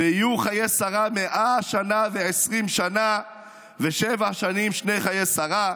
"ויהיו חיי שרה מאה שנה ועשרים שנה ושבע שנים שני חיי שרה.